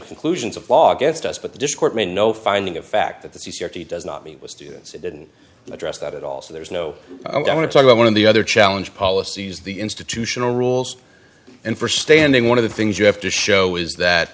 conclusions of law against us but the dischord made no finding of fact that the security does not meet with students it didn't address that at all so there's no i'm going to talk about one of the other challenge policies the institutional rules and for standing one of the things you have to show is that